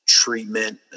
treatment